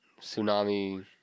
tsunami